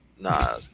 Nah